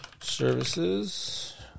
services